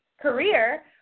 career